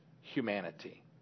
humanity